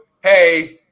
hey